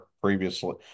previously